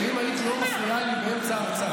אם לא היית מפריעה לי באמצע ההרצאה,